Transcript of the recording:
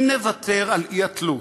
אם נוותר על האי-תלות,